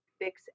fix